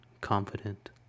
confident